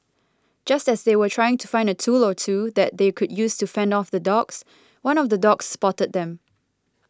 just as they were trying to find a tool or two that they could use to fend off the dogs one of the dogs spotted them